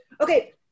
Okay